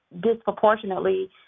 disproportionately